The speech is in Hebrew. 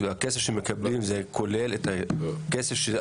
הכסף שמקבלים,